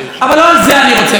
אני רוצה לדבר על הצביעות.